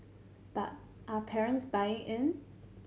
but are parents buying in